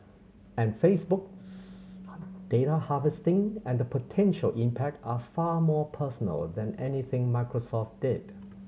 and Facebook's data harvesting and the potential impact are far more personal than anything Microsoft did